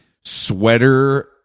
sweater